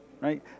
right